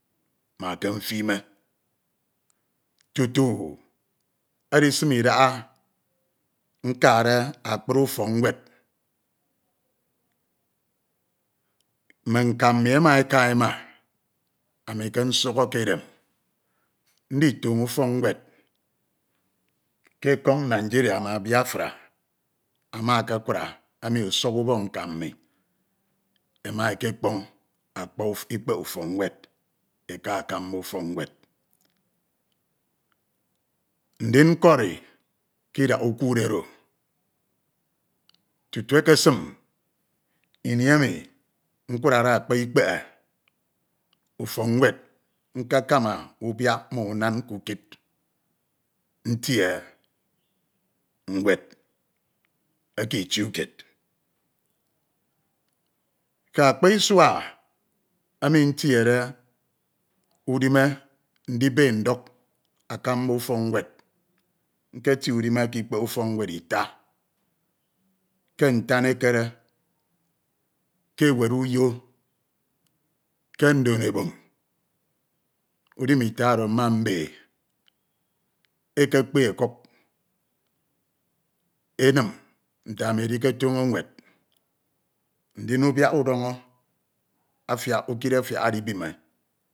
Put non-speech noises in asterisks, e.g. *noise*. Ukuudi ke ntua eyed ma ke mfine tutu edision idaha nkade akpri ufok nwed. *hesitation* Mme nka mini ema eka ema anu ke nsukho ke edem. Nditoño ufọk nwed ke ekọñ Nigeria ma Biafra ama akakura emi usuk ubok mmi ema ekekpọñ akpa ikpehe ufok nwed eka akamba ufok nwed. Ndin nkori ke idak ikuudi oro tutu ekesion wu emi nkurade akpa ikpehe ufok nwed nkekama ubiak ma unam ke ukid ntie nwed eke itiu kied. Ke akpa isua emi ntiede udime ndibe nduk akamba ufọk nwed nketie udime ke ikpehe ufọk nwed ita, ke Ntan Ekere, ke Ewed uyo ke Ndon Ebom udime ita oro mma mbe ekekpe ọkuk enim ami edike toño nwed. Ndin ubonk udọñọ afiak, ukid afiak edibime.